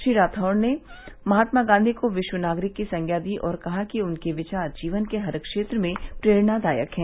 श्री राठौड़ ने महात्मा गांधी को विश्व नागरिक की संज्ञा दी और कहा कि उनके विचार जीवन के हर क्षेत्र में प्रेरणादायक हैं